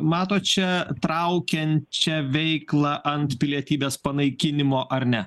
mato čia traukiančią veiklą ant pilietybės panaikinimo ar ne